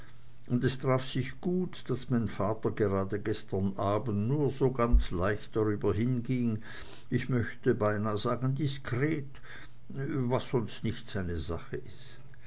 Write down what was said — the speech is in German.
und es traf sich gut daß mein vater gestern abend nur so ganz leicht drüber hinging ich möchte beinah sagen diskret was sonst nicht seine sache ist